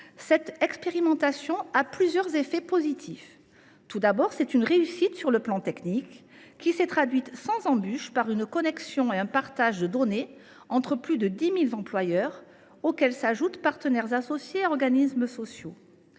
cette expérimentation a plusieurs effets positifs. Tout d’abord, c’est une réussite sur le plan technique, puisque le préremplissage s’est déroulé sans embûches par une connexion et un partage de données entre plus de 10 000 employeurs, auxquels s’ajoutent les partenaires associés et organismes sociaux.